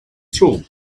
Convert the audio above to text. through